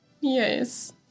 Yes